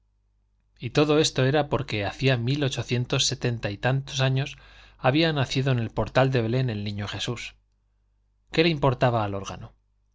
y todo esto era porque hacía mil ochocientos setenta y tantos años había nacido en el portal de belén el niño jesús qué le importaba al órgano y